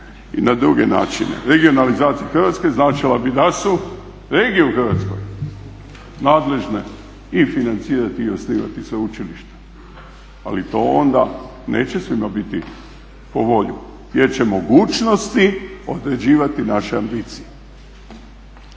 i na druge načine. Regionalizacija Hrvatske značila bi da su regije u Hrvatskoj nadležne i financirati i osnivati sveučilišta, ali to onda neće svima biti po volji jer će mogućnosti određivati naše ambicije.